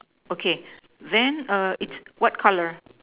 okay then err it's what color